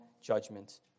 judgment